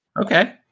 Okay